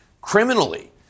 criminally